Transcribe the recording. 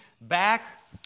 back